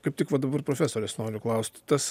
kaip tik va dabar profesorės noriu klaust tas